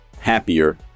happier